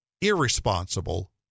irresponsible